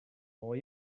neu